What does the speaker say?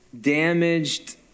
damaged